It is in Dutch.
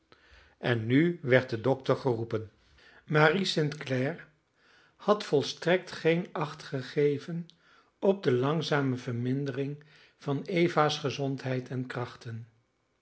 en nu werd de dokter geroepen marie st clare had volstrekt geen acht gegeven op de langzame vermindering van eva's gezondheid en krachten